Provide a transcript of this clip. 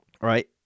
right